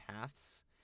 Paths